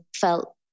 felt